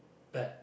bad